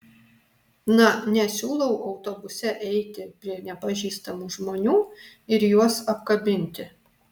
na nesiūlau autobuse eiti prie nepažįstamų žmonių ir juos apkabinti